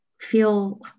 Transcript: feel